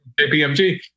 JPMG